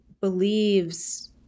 believes